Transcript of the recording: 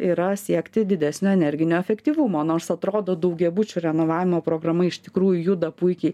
yra siekti didesnio energinio efektyvumo nors atrodo daugiabučių renovavimo programa iš tikrųjų juda puikiai